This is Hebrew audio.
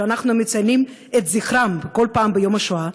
שאנחנו מציינים את זכרם בכל פעם ביום השואה,